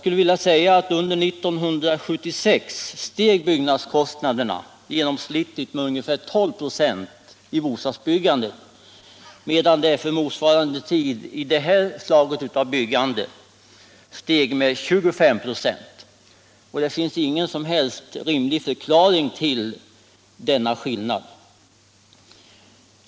Under 1976 steg byggnadskostnaderna genomsnittligt med ungefär 12 ?6 i bostadsbyggandet medan det under motsvarande tid för det aktuella slaget av byggande steg med 25 26. Det finns ingen som helst rimlig förklaring till denna skillnad.